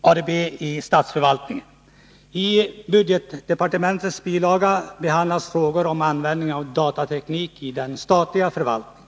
ADB i statsförvaltningen. I budgetdepartementets bilaga behandlas frågor om användningen av datateknik i den statliga förvaltningen.